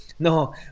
No